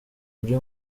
buri